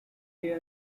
they